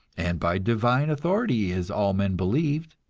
and by divine authority, as all men believed.